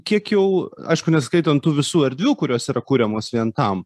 kiek jau aišku neskaitant tų visų erdvių kurios yra kuriamos vien tam